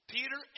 Peter